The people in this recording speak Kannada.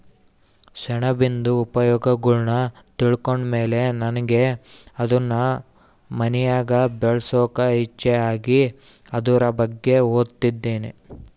ಸೆಣಬಿಂದು ಉಪಯೋಗಗುಳ್ನ ತಿಳ್ಕಂಡ್ ಮೇಲೆ ನನಿಗೆ ಅದುನ್ ಮನ್ಯಾಗ್ ಬೆಳ್ಸಾಕ ಇಚ್ಚೆ ಆಗಿ ಅದುರ್ ಬಗ್ಗೆ ಓದ್ತದಿನಿ